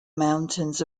mountains